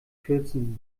kürzen